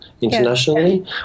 internationally